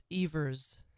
Evers